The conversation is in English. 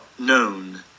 known